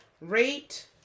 Rate